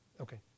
Okay